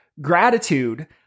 gratitude